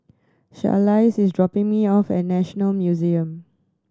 Charlize is dropping me off at National Museum